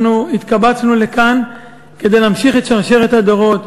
אנחנו התקבצנו לכאן כדי להמשיך את שרשרת הדורות,